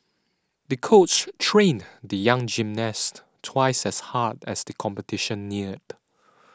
the coach trained the young gymnast twice as hard as the competition neared